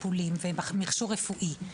טיפולים ומכשור רפואי.